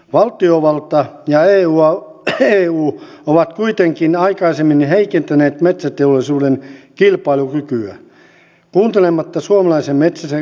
valtiovalta ja eu ovat kuitenkin aikaisemmin heikentäneet metsäteollisuuden kilpailukykyä kuuntelematta suomalaisen metsäsektorin tarpeita